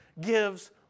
gives